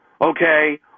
okay